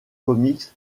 comics